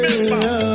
love